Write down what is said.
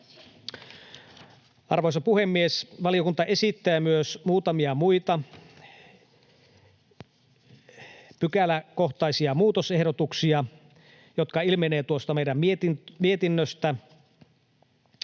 Arvoisa puhemies! Valiokunta esittää myös muutamia muita pykäläkohtaisia muutosehdotuksia, jotka ilmenevät tuosta meidän mietinnöstämme.